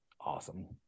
awesome